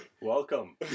Welcome